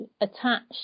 attached